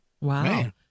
Wow